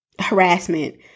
harassment